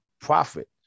profit